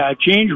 change